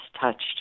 touched